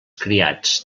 criats